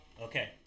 Okay